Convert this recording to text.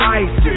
ice